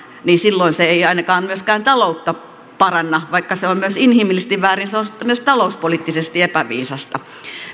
niin silloin se ei ainakaan myöskään taloutta paranna vaikka se on myös inhimillisesti väärin se on myös talouspoliittisesti epäviisasta